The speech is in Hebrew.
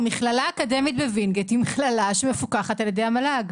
המכללה האקדמית בווינגיט היא מכללה שמפוקחת על ידי המל"ג.